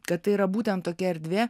kad tai yra būtent tokia erdvė